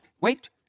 Wait